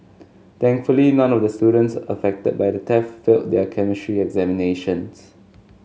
thankfully none of the students affected by the theft failed their chemistry examinations